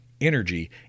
energy